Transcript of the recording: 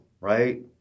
Right